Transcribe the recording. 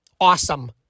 awesome